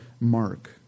Mark